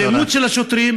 האלימות של השוטרים,